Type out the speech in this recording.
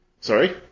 Sorry